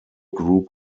group